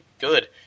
good